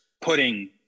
putting